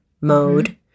mode